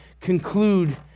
conclude